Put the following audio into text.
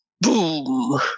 boom